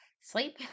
sleep